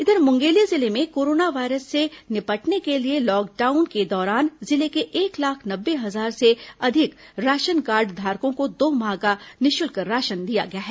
इधर मुंगेली जिले में कोरोना वायरस से निपटने के लिए लागू लॉकडाउन के दौरान जिले के एक लाख नब्बे हजार से अधिक राशन कार्डधारकों को दो माह का निःशुल्क राशन दिया गया है